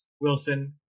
Wilson